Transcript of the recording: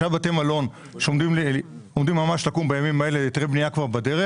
מלון שעומדים לקום ממש בימים אלה כאשר היתרי הבנייה כבר בדרך.